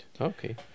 Okay